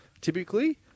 typically